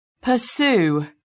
pursue